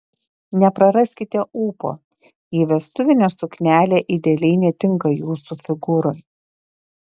nepraraskite ūpo jei vestuvinė suknelė idealiai netinka jūsų figūrai